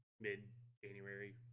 mid-January